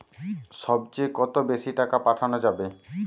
সব চেয়ে কত বেশি টাকা পাঠানো যাবে?